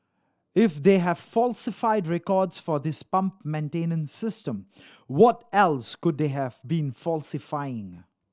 if they have falsified records for this pump maintenance system what else could they have been falsifying